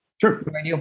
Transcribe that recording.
Sure